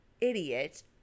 idiot